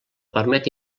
permet